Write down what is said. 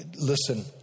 Listen